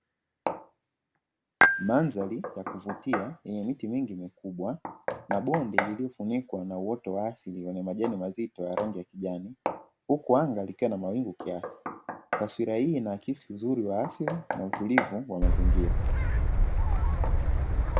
Mandhari ya kuvutia yenye miti mingi mikubwa na bonde lililofunikwa na uoto wa asili wenye majani mazito ya rangi ya kijani; huku anga likiwa na mawingu kiasi. Taswira hii inaakisi uzuri wa asili na utulivu wa mazingira.